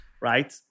Right